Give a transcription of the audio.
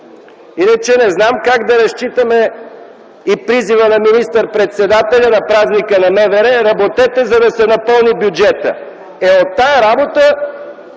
Иначе не знам как да разчитаме и призива на министър-председателя на Празника на МВР: „Работете, за да се напълни бюджетът!” Е, от тая работа